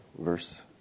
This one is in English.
verse